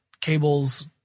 cables